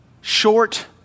Short